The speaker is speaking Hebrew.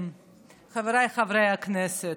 חבריי חברי הכנסת,